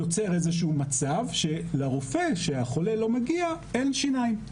יוצר איזשהו מצב שלרופא שהחולה לא מגיע אין שיניים.